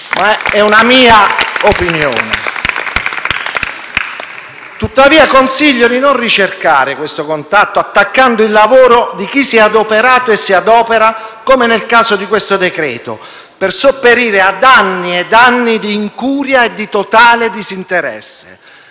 dal Gruppo M5S). Tuttavia consiglio di non ricercare questo contatto attaccando il lavoro di chi si è adoperato e si adopera, come nel caso di questo decreto-legge, per sopperire ad anni ed anni di incuria e di totale disinteresse.